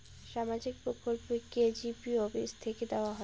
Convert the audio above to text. সামাজিক প্রকল্প কি জি.পি অফিস থেকে দেওয়া হয়?